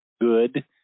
good